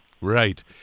Right